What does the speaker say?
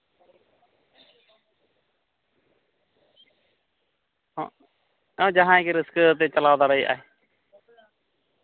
ᱡᱟᱦᱟᱸᱭ ᱜᱮ ᱨᱟᱹᱥᱠᱟᱹ ᱟᱛᱮᱫ ᱪᱟᱞᱟᱣ ᱫᱟᱲᱮᱭᱟᱜᱼᱟᱭ